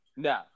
No